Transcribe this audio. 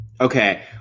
Okay